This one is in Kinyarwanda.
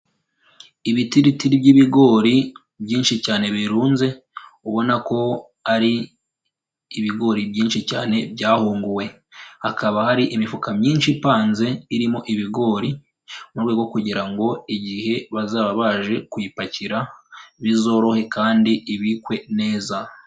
Ibitiritiri by'ibigori byinshi cyane birunze, ubona ko ari ibigori byinshi cyane byahunguwe. Hakaba hari imifuka myinshi ipanze, irimo ibigori mu rwego kugira ngo igihe bazaba baje kuyipakira bizorohe kandi ibikwe neza.